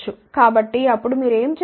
కాబట్టి అప్పుడు మీరు ఏమి చేస్తారు